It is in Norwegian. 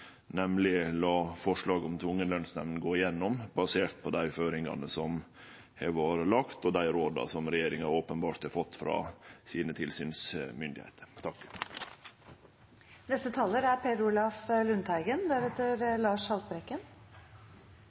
nemleg å la forslaget om tvungen lønsnemnd gå gjennom, basert på dei føringane som har vore lagde, og dei råda som regjeringa openbert har fått frå tilsynsmyndigheitene sine.